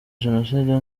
jenoside